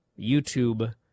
YouTube